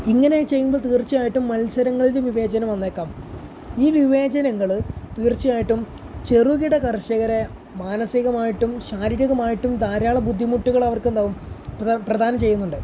ഇങ്ങനെ ചെയ്യുമ്പോൾ തീർച്ചയായിട്ടും മത്സരങ്ങളിൽ വിവേചനം വന്നേക്കാം ഈ വിവേചനങ്ങൾ തീർച്ചയായിട്ടും ചെറുകിട കർഷകരെ മാനസികമായിട്ടും ശാരീരികമായിട്ടും ധാരാളം ബുദ്ധിമുട്ടുകൾ അവർക്കെന്താവും പ്രധാനം ചെയ്യുന്നുണ്ട്